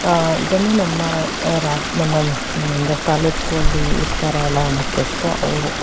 ಆ ಇದನ್ನು ನಮ್ಮ ರಾ ನಮ್ಮ ಅಂದರೆ ತಾಲ್ಲೂಕು ಅಲ್ಲಿ ಇರ್ತಾರಲ್ಲ ಮುಖ್ಯಸ್ಥರು ಅವರು